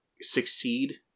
succeed